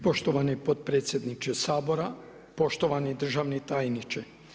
Poštovani potpredsjedniče Sabora, poštovani državni tajniče.